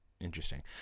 Interesting